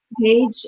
page